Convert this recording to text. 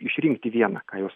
išrinkti vieną ką jos